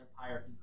Empire